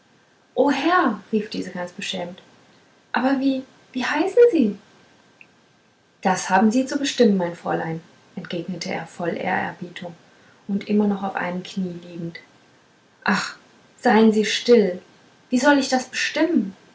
o herr rief diese ganz beschämt aber wie wie heißen sie das haben sie zu bestimmen mein fräulein entgegnete er voll ehrerbietung und immer noch auf dem einen knie liegend ach seien sie still wie soll ich das bestimmen